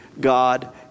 God